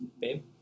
Babe